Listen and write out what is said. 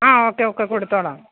ആ okay okay കൊടുത്തോളാം